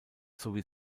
sowie